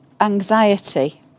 anxiety